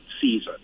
season